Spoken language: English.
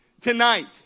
tonight